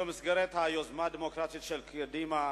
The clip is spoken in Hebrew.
במסגרת היוזמה הדמוקרטית של קדימה,